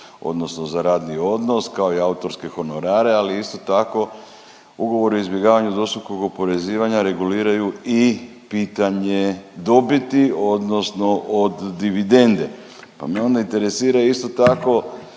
odnosno za radni odnos, kao i autorske honorare, ali isto tako ugovor o izbjegavanju dvostrukog oporezivanja reguliraju i pitanje dobiti odnosno od dividende, pa me onda interesira isto tako